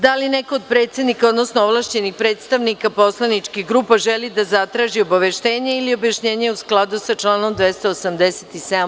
Da li neko od predsednika, odnosno ovlašćenih predstavnika poslaničkih grupa želi da zatraži obaveštenje ili objašnjenje u skladu sa članom 287.